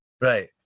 right